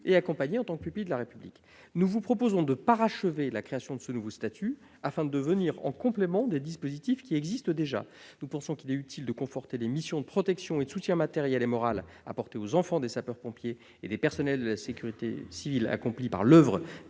et accompagnés en tant que pupilles de la République. Le présent amendement vise à parachever la création de ce nouveau statut, afin de venir en complément des dispositifs qui existent déjà. Nous pensons qu'il est utile de conforter les missions de protection et de soutien matériel et moral apportés aux enfants des sapeurs-pompiers et des personnels de la sécurité civile accomplies par l'OEuvre